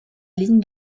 ligne